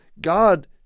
God